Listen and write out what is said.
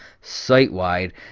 site-wide